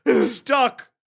Stuck